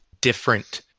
different